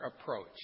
approach